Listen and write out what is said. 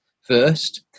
first